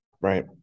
Right